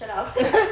shut up